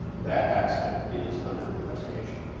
that accident is under investigation.